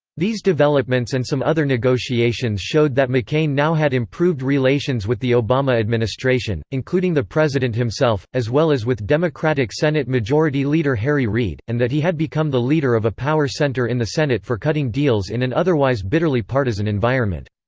these developments and some other negotiations showed that mccain now had improved relations with the obama administration, including the president himself, as well as with democratic senate majority leader harry reid, and that he had become the leader of a power center in the senate for cutting deals in an otherwise bitterly partisan environment.